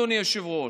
אדוני היושב-ראש.